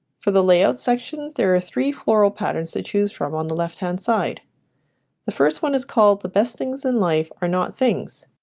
for the layout section there are three floral patterns to choose from on the left hand side the first one is called the best things in life are not things